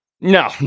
No